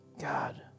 God